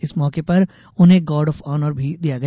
इस मौके पर उन्हें गार्ड ऑफ ऑनर भी दिया गया